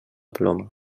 ploma